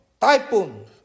typhoon